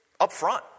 upfront